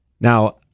Now